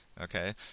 okay